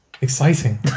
exciting